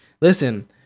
Listen